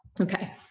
Okay